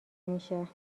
میشه